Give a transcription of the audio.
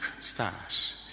stars